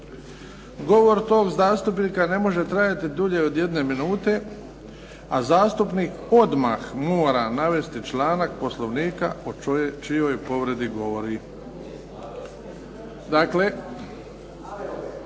Govor tog zastupnika ne može trajati dulje od jedne minute, a zastupnik odmah mora navesti članak Poslovnika o čijoj povredi govori.